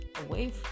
away